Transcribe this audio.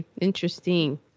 interesting